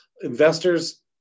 investors